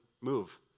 move